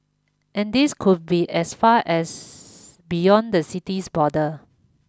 and these could be as far as beyond the city's borders